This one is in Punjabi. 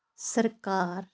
ਸਰਕਾਰ